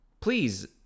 please